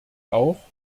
auch